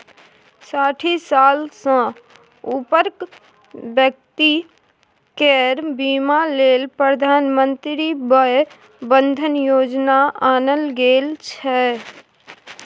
साठि साल सँ उपरक बेकती केर बीमा लेल प्रधानमंत्री बय बंदन योजना आनल गेल छै